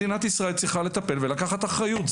מדינת ישראל צריכה לטפל ולקחת אחריות.